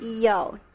Yo